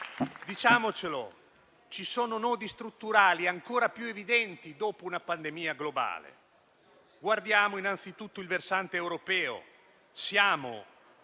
Ci sono nodi strutturali ancora più evidenti dopo una pandemia globale. Guardiamo innanzitutto il versante europeo: siamo